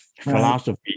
philosophy